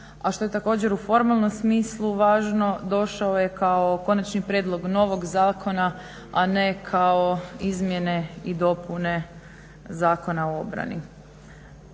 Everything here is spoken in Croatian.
a što je također u formalnom smislu važno došao je kao konačni prijedlog novog zakona a ne kao izmjene i dopune Zakona o obrani.